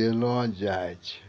देलो जाय छै